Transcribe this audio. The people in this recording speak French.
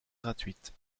gratuite